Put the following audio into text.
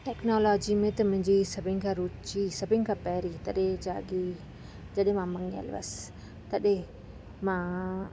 technology में त मुंहिंजी सभिनि खां रुचि सभिनि खां पहिरीं तॾहिं जाॻी जॾहिं मां मङियल हुयसि तॾहिं मां